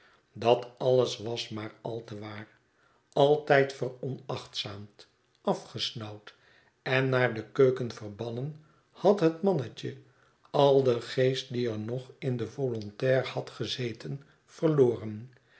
dat alles was maar al te waar altijd veronachtzaamd afgesnauwd en naar de keuken verbannen had het mannetje al den geest die er nog in den volontair had gezeten verloren